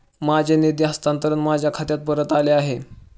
माझे निधी हस्तांतरण माझ्या खात्यात परत आले आहे